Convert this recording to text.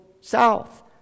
south